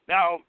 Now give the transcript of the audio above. Now